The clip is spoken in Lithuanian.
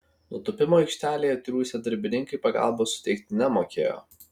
nutūpimo aikštelėje triūsę darbininkai pagalbos suteikti nemokėjo